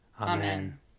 Amen